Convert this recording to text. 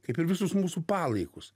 kaip ir visus mūsų palaikus